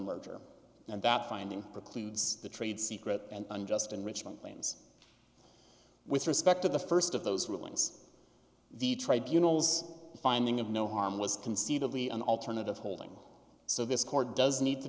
merger and that finding precludes the trade secret and unjust enrichment claims with respect to the st of those rulings the tribunals a finding of no harm was conceivably an alternative holding so this court does need to